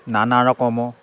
নানা ৰকমৰ